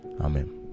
amen